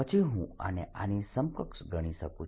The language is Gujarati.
પછી હું આને આની સમકક્ષ ગણી શકું છું